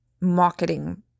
marketing